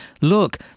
Look